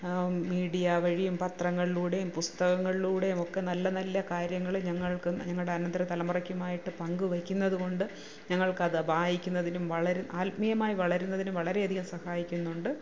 media വഴിയും പത്രങ്ങളിലൂടെയും പുസ്തകങ്ങളിലൂടെയും ഒക്കെ നല്ല നല്ല കാര്യങ്ങള് ഞങ്ങൾക്കും ഞങ്ങളുടെ അനന്തരതലമുറയ്ക്കുമായിട്ട് പങ്ക്വെയ്ക്കുന്നത്കൊണ്ട് ഞങ്ങൾക്കത് വായിക്കുന്നതിനും വളരെ ആത്മീയമായ് വളരുന്നതിനും വളരെയധികം സഹായിക്കുന്നുണ്ട്